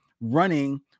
running